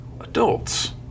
adults